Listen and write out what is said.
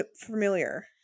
familiar